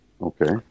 Okay